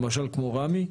למשל כמו ראמה,